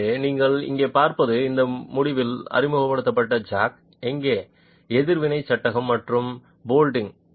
எனவே நீங்கள் இங்கே பார்ப்பது இந்த முடிவில் அறிமுகப்படுத்தப்பட்ட ஜாக் இங்கே எதிர்வினை சட்டகம் மற்றும் போல்டிங்